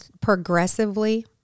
progressively